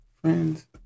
friends